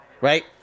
right